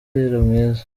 mwiza